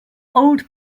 old